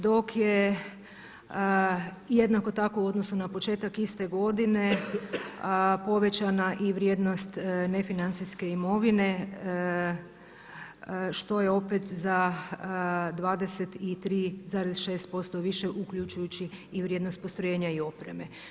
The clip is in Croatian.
Dok je jednako tako u odnosu na početak iste godine povećana i vrijednost nefinancijske imovine što je opet za 23,6% više uključujući i vrijednost postrojenja i opreme.